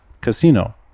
casino